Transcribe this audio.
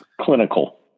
Clinical